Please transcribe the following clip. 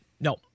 No